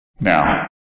Now